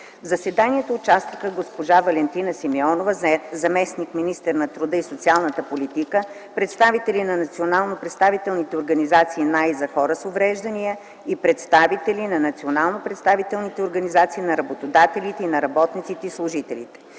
заседанието участваха госпожа Валентина Симеонова – заместник-министър на труда и социалната политика, представители на национално представителните организации на и за хора с увреждания и представители на национално представителните организации на работодателите и на работниците и служителите.